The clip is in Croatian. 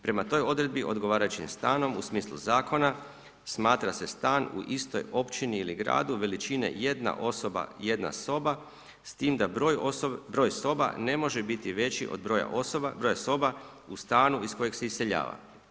Prema toj odredbi odgovarajućim stanom u smislu zakona smatra se stan u istoj općini ili gradu veličine jedna osoba, jedna soba s time da broj soba ne može biti veći od broja osoba, broja soba u stanu iz kojeg se iseljava.